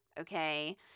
okay